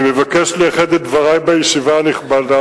אני מבקש לייחד את דברי בישיבה הנכבדה